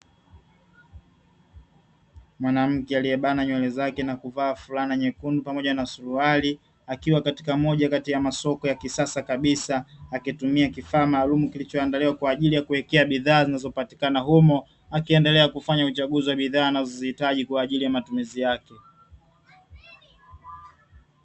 Mwanamke aliyebana nywele zake na kuvaa fulana nyekundu pamoja na suruali, akiwa katika moja kati ya masoko ya kisasa kabisa, akitumia kifaa maalumu kabisa kilichoandaliwa kwa ajili ya kuwekea bidhaa zianzopatikana humo, akiendelea kufanya uchaguzi wa bidhaa anazoziitaji kwaajili ya matumizi yake.